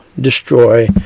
destroy